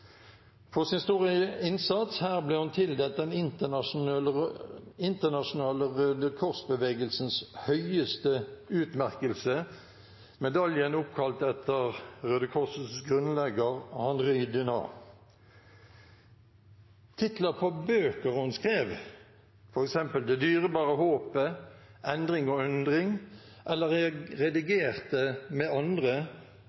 For sin store innsats her ble hun tildelt den internasjonale Røde Kors-bevegelsens høyeste utmerkelse, medaljen oppkalt etter grunnleggeren av Røde Kors, Henry Dunant. Titler på bøker hun skrev – Det dyrebare håpet, Endring og undring – eller